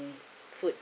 putting food